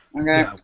Okay